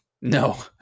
no